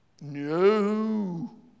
no